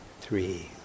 three